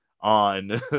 on